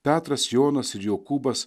petras jonas ir jokūbas